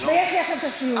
ויש לי עכשיו מסקנה.